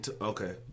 okay